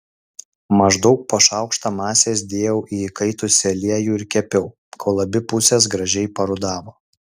maždaug po šaukštą masės dėjau į įkaitusį aliejų ir kepiau kol abi pusės gražiai parudavo